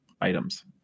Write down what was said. items